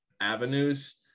avenues –